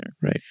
Right